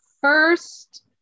first